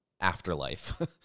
afterlife